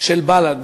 של בל"ד,